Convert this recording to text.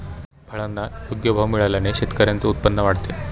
फळांना योग्य भाव मिळाल्याने शेतकऱ्यांचे उत्पन्न वाढते